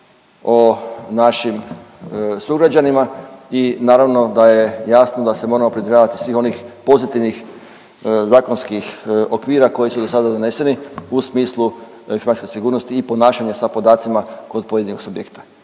o našim sugrađanima i naravno da je jasno da se moramo pridržavati svih onih pozitivnih zakonskih okvira koji su do sada doneseni u smislu informacijske sigurnosti i ponašanje sa podacima kod pojedinog subjekta.